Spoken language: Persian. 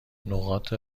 نقاط